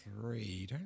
three